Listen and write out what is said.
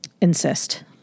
insist